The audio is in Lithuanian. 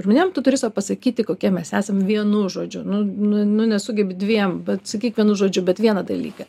žmonėm tu turi sau pasakyti kokie mes esam vienu žodžiu nu nu nu nesugebi dviem bet sakyk vienu žodžiu bet vieną dalyką